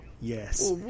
yes